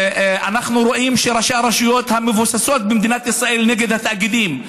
אם אנחנו רואים שראשי הרשויות המבוססות במדינת ישראל נגד התאגידים,